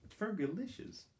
Fergalicious